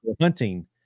hunting